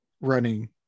running